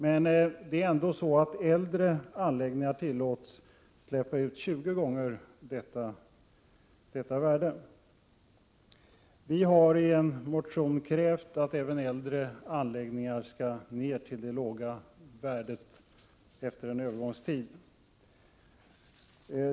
Men äldre anläggningar tillåts släppa ut tjugo gånger så mycket. Vi har i en motion krävt att även äldre anläggningar skall ned till samma låga värde, efter en övergångstid.